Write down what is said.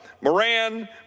Moran